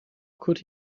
could